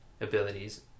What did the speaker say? abilities